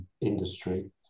industry